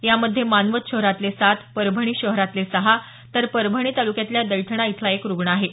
यामध्ये मानवत शहरातले सात परभणी शहरातले सहा तर परभणी तालुक्यातल्या दैठणा इथला एक रुग्ण आहे